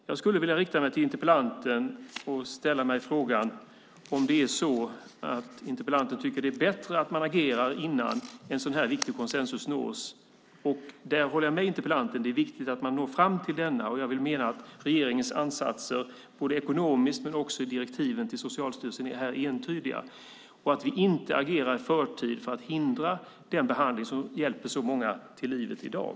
Jag skulle vilja rikta mig till interpellanten och ställa frågan om interpellanten tycker att det är bättre att man agerar innan en sådan här viktig konsensus nås. Jag håller med interpellanten om att det är viktigt att man når fram till denna och menar att regeringens ansatser, både ekonomiskt och i direktiven till Socialstyrelsen, är entydiga. Det är viktigt att vi inte agerar i förtid för att hindra den behandling som hjälper så många till livet i dag.